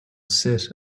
sit